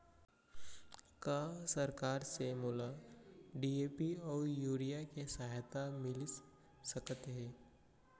का सरकार से मोला डी.ए.पी अऊ यूरिया के सहायता मिलिस सकत हे?